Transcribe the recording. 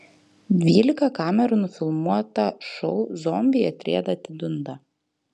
dvylika kamerų nufilmuotą šou zombiai atrieda atidunda